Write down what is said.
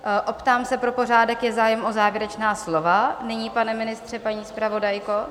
Optám se pro pořádek, je zájem o závěrečná slova nyní, pane ministře, paní zpravodajko?